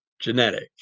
genetic